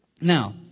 Now